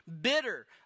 bitter